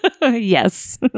Yes